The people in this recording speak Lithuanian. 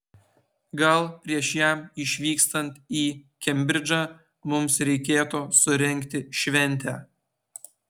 gal prieš jam išvykstant į kembridžą mums reikėtų surengti šventę